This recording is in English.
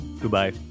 Goodbye